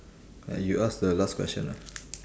uh you ask the last question lah